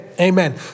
Amen